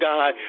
God